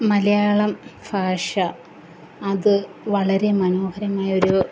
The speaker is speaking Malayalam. മലയാളം ഭാഷ അത് വളരെ മനോഹരമായ ഒരു